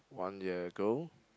one year ago